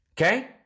okay